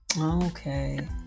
Okay